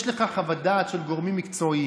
יש לך חוות דעת של גורמים מקצועיים,